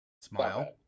Smile